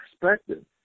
perspective